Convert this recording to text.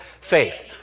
faith